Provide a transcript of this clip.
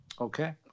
Okay